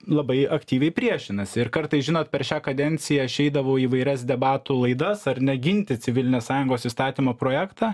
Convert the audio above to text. labai aktyviai priešinasi ir kartais žinot per šią kadenciją aš eidavau į įvairias debatų laidas ar ne ginti civilinės sąjungos įstatymo projektą